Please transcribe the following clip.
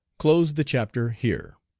close the chapter here.